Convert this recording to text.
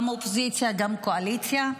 גם אופוזיציה וגם קואליציה,